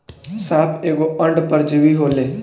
साप एगो अंड परजीवी होले